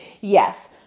Yes